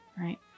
right